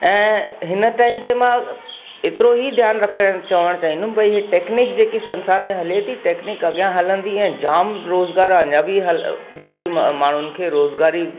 ऐं हिन टाइम ते मां एतिरो ही ध्यान रखण चवण चाईंदमि भई हे टेकनीक जेकी संसार में हले ती टेकनीक अॻियां हलंदी ऐं जाम रोज़गार अञा बि हल ॾींदी माण्हुनि खे रोज़गारी